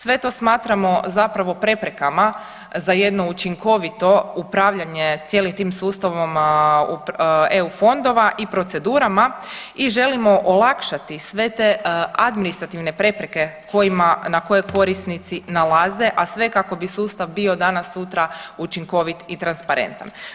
Sve to smatramo zapravo preprekama za jedno učinkovito upravljanje cijelim tim sustavom EU fondova i procedurama i želimo olakšati sve te administrativne prepreke na koje korisnici nalaze, a sve kako bi sustav bio danas sutra učinkovit i transparentan.